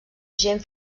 gent